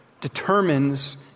determines